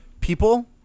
people